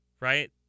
right